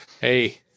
Hey